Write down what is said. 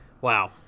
Wow